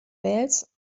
wales